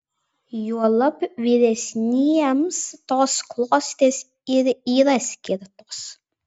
juolab vyresniems tos klostės ir yra skirtos